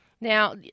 Now